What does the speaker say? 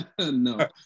No